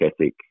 ethic